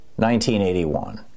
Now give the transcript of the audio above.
1981